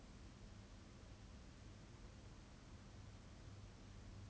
but from what I hear though she doesn't get allowance during poly